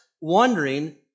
wondering